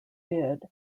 did